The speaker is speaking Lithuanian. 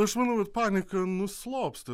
aš manau kad panika nuslopsta